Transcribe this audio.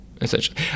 essentially